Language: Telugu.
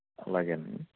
అలాగే అండి